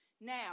Now